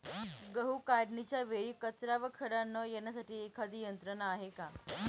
गहू काढणीच्या वेळी कचरा व खडा न येण्यासाठी एखादी यंत्रणा आहे का?